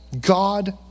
God